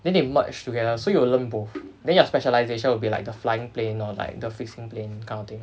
then they merge together so you will learn both then your specialisation will be like the flying plane or like the fixing plane kind of thing